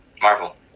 Marvel